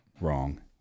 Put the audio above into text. Wrong